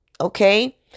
Okay